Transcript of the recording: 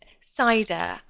cider